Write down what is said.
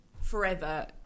forever